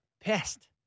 pissed